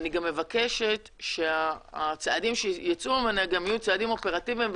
אני גם מבקשת שהצעדים שייצאו ממנה גם יהיו צעדים אופרטיביים,